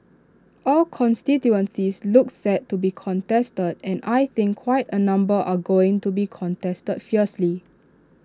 all constituencies look set to be contested and I think quite A number are going to be contested fiercely